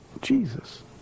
Jesus